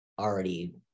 already